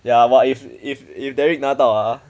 ya but if if if derek 拿到 ah